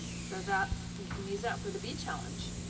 so that's, you can use that for the bead challenge.